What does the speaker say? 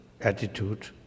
attitude